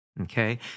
okay